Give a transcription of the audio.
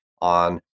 on